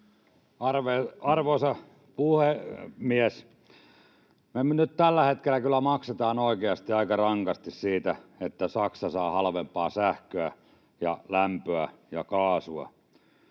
Arvoisa puhemies! Me nyt tällä hetkellä kyllä maksetaan oikeasti aika rankasti siitä, että Saksa saa halvempaa sähköä ja lämpöä ja kaasua,